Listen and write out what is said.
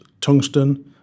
tungsten